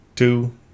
Two